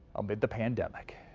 amid the pandemic.